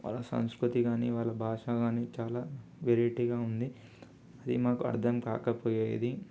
వాళ్ళ సంస్కృతి కాని వాళ్ళ భాష కాని చాలా వెరైటీగా ఉంది అది మాకు అర్థంకాకపోయేది